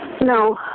No